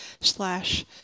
slash